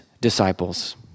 disciples